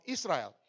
Israel